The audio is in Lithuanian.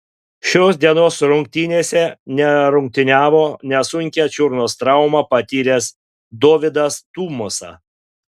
šios dienos rungtynėse nerungtyniavo nesunkią čiurnos traumą patyręs dovydas tumosa